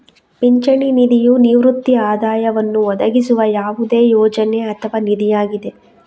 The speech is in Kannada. ಪಿಂಚಣಿ ನಿಧಿಯು ನಿವೃತ್ತಿ ಆದಾಯವನ್ನು ಒದಗಿಸುವ ಯಾವುದೇ ಯೋಜನೆ ಅಥವಾ ನಿಧಿಯಾಗಿದೆ